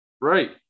Right